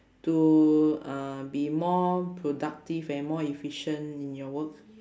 to uh be more productive and more efficient in your work